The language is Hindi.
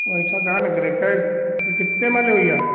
और ऐसा काहे न करैं कै फिर कितने में ले भैया